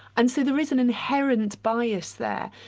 and so there is an inherent bias there.